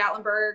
Gatlinburg